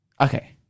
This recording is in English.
Okay